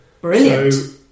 brilliant